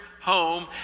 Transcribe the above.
home